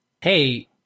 hey